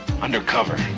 Undercover